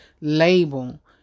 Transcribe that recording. label